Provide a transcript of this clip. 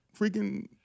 freaking